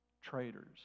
traitors